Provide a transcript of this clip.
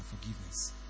forgiveness